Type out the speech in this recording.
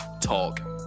Talk